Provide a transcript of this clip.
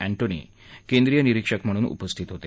Antonie केंद्रीय निरीक्षक म्हणून उपस्थित होते